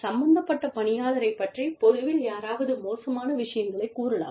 சம்பந்தப்பட்ட பணியாளரைப் பற்றி பொதுவில் யாராவது மோசமான விஷயங்களைக் கூறலாம்